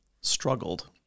struggled